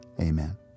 amen